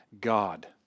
God